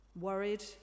worried